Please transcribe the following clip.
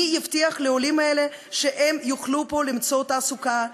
מי הבטיח לעולים האלה שהם יוכלו למצוא פה תעסוקה,